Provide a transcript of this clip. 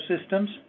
systems